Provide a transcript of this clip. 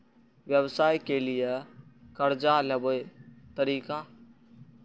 व्यवसाय के लियै कर्जा लेबे तरीका?